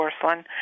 porcelain